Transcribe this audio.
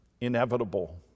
inevitable